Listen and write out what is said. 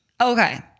Okay